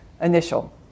initial